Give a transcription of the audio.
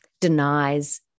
denies